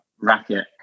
racket